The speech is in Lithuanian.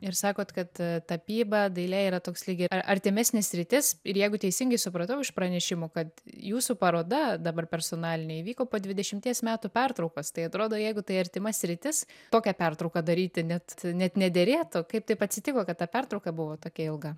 ir sakot kad tapyba dailė yra toks lyg artimesnė sritis ir jeigu teisingai supratau iš pranešimų kad jūsų paroda dabar personalinė įvyko po dvidešimties metų pertraukos tai atrodo jeigu tai artima sritis tokią pertrauką daryti net net nederėtų kaip taip atsitiko kad ta pertrauka buvo tokia ilga